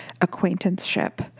acquaintanceship